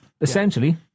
Essentially